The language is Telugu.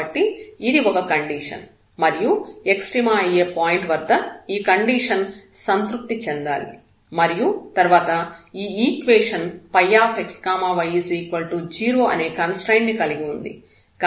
కాబట్టి ఇది ఒక కండిషన్ మరియు ఎక్స్ట్రీమ అయ్యే పాయింట్ వద్ద ఈ కండిషన్ సంతృప్తి చెందాలి మరియు తర్వాత ఈ ఈక్వేషన్ xy0 అనే కన్స్ట్రయిన్ట్ ని కలిగి ఉంది